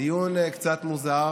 דיון קצת מוזר